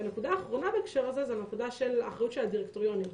הנקודה האחרונה בהקשר הזה היא הנקודה של אחריות הדירקטוריונים.